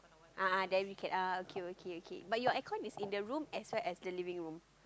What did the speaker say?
a'ah then we can ah okay okay okay but your air con is in the room as well as the living room